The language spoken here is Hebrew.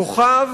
לכוכב